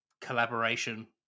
collaboration